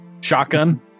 shotgun